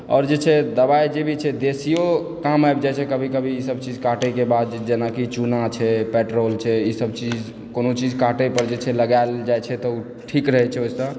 आओर जे छै दबाइ जे भी छै देशियो काम आबि जाइ छै कभी कभी ईसभ चीज काटयके बाद जेनाकि चूना छै पेट्रोल छै ईसभ चीज कोनो चीज काटय पर जे छै लगाओल जाइ छै तऽ ओ ठीक रहय छै ओहिसँ